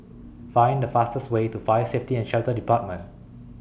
Find The fastest Way to Fire Safety and Shelter department